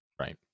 Right